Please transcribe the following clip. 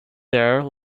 there